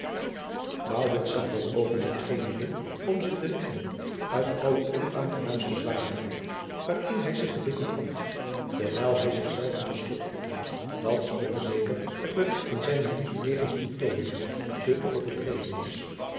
zag dat oogenblik geen middel om zich te redden uit de alleronaangenaamste zwarigheid waarin hij zich gewikkeld vond terwijl hij zichzelven beschuldigde dat schoon zeker het berigt van zijne liefde jegens te overdreven was